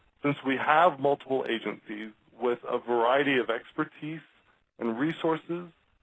since we have multiple agencies with a variety of expertise and resources,